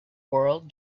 world